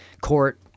court